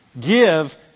give